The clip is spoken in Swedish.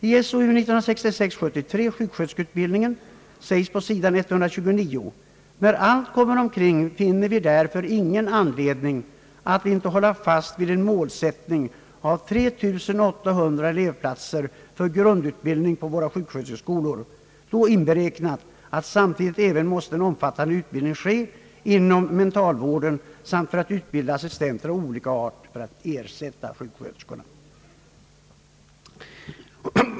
I SOU 1966:73 »Sjuksköterskeutbildningen» sägs på sidan 129: »När allt kommer omkring finner vi därför ingen anledning att inte hålla fast vid en målsättning av 3 800 elevplatser för grundutbildning på våra sjuksköterskeskolor», då inberäknat att samtidigt måste även en omfattande utbildning ske inom mentalvården samt för att utbilda assistenter av olika art för att ersätta sjuksköterskorna.